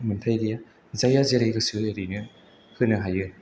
मोन्थाइ गैया जायहा जेरै गोसो एरैनो होनो हायो